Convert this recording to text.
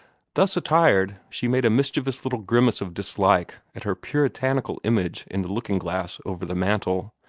thus attired, she made a mischievous little grimace of dislike at her puritanical image in the looking-glass over the mantel,